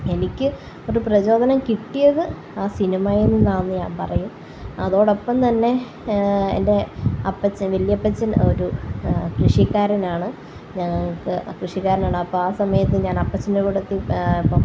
എനിക്ക് ഒരു പ്രചോദനം കിട്ടിയത് ആ സിനിമയില് നിന്നാണെന്ന് ഞാന് പറയും അതോടൊപ്പം തന്നെ എന്റെ അപ്പച്ചന് വലിയ അപ്പച്ചന് ഒരു കൃഷിക്കാരനാണ് ഞങ്ങൾക്ക് കൃഷിക്കാരനാണ് അപ്പം ആ സമയത്ത് ഞാന് അപ്പച്ചന്റെ കൂട്ടത്തില്